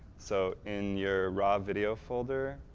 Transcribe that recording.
so in your raw video folder,